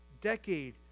Decade